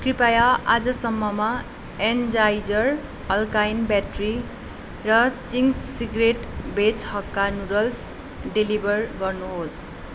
कृपया आजसम्ममा Energizer alkaline battery र Ching's cigarette veg hakka noodles deliver गर्नुहोस्